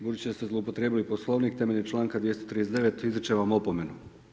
Budući da ste zloupotrijebili Poslovnik temeljem članka 39. izričem vam opomenu.